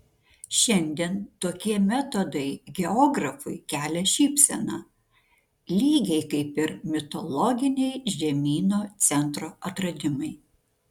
šiandien tokie metodai geografui kelia šypseną lygiai kaip ir mitologiniai žemyno centro atradimai